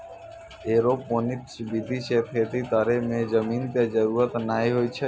aeroponics विधि सॅ खेती करै मॅ जमीन के जरूरत नाय होय छै